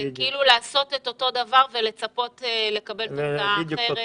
זה כאילו לעשות את אותו הדבר ולצפות לקבל תוצאה אחרת.